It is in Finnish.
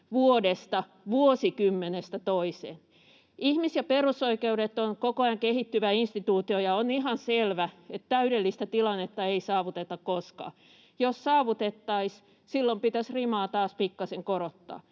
vuodesta, vuosikymmenestä toiseen. Ihmis- ja perusoikeudet on koko ajan kehittyvä instituutio, ja on ihan selvä, että täydellistä tilannetta ei saavuteta koskaan. Jos saavutettaisiin, silloin pitäisi rimaa taas pikkasen korottaa.